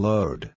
Load